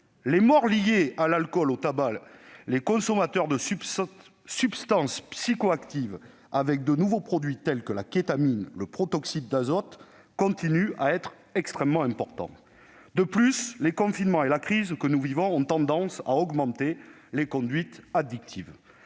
de décès liés à l'alcool ou au tabac, ainsi que celui des consommateurs de substances psychoactives et de nouveaux produits tels que la kétamine ou le protoxyde d'azote, continue d'être très important. En outre, les confinements et la crise que nous vivons ont tendance à augmenter ces conduites addictives.